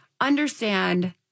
understand